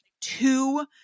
two